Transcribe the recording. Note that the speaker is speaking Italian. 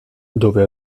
dove